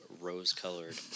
rose-colored